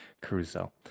Caruso